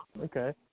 okay